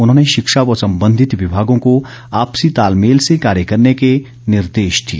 उन्होंने शिक्षा व संबंधित विभागों को आपसी तालमेल से कार्य करने के निर्देश दिए